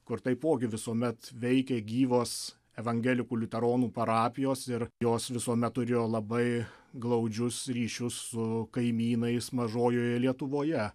kur taipogi visuomet veikė gyvos evangelikų liuteronų parapijos ir jos visuomet turėjo labai glaudžius ryšius su kaimynais mažojoje lietuvoje